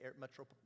metro